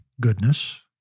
goodness